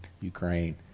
Ukraine